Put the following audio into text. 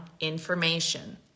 information